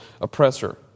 oppressor